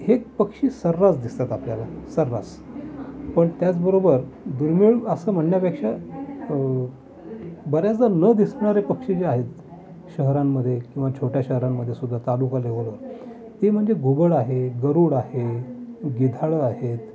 हे पक्षी सर्रास दिसतात आपल्याला सर्रास पण त्याच बरोबर दुर्मिळ असं म्हणण्यापेक्षा बऱ्याचदा न दिसणारे पक्षी जे आहेत शहरांमध्ये किंवा छोट्या शहरांमध्ये सुध्दा तालुका लेवलवर हे म्हणजे घुबड आहे गरुड आहे गिधाडं आहेत